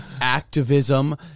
activism